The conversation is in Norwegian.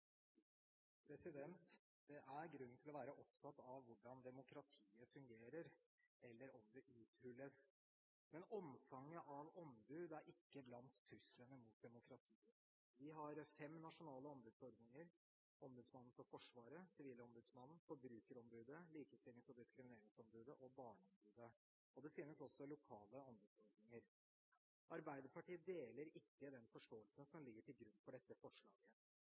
til å være opptatt av hvordan demokratiet fungerer, eller om det uthules, men omfanget av ombud er ikke blant truslene mot demokratiet. Vi har fem nasjonale ombudsordninger: ombudsmannen for Forsvaret, sivilombudsmannen, forbrukerombudet, likestillings- og diskrimineringsombudet og barneombudet. Det finnes også lokale ombudsordninger. Arbeiderpartiet deler ikke den forståelsen som ligger til grunn for dette forslaget.